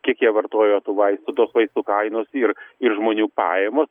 kiek jie vartojo tų vaistų tos vaistų kainos ir ir žmonių pajamos